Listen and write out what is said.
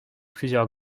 plusieurs